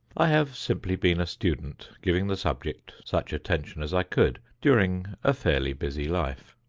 i have simply been a student giving the subject such attention as i could during a fairly busy life.